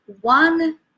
one